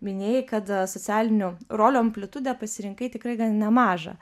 minėjai kad socialinių rolių amplitudę pasirinkai tikrai gan nemažą